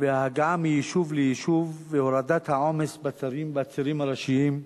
וההגעה מיישוב ליישוב והורדת העומס בצירים הראשיים,